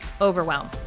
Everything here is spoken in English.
overwhelm